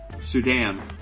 Sudan